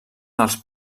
dels